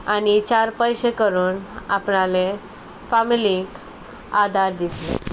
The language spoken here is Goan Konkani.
आनी चार पयशे करून आपणाले फामिलीक आदार दितले